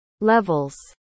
levels